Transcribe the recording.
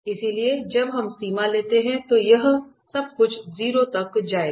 इसलिए जब हम सीमा लेते हैं तो यह सब कुछ 0 तक जाएगा